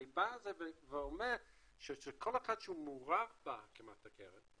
אני בא ואומר שכל אחד שמעורב בקרן,